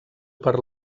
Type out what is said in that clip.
per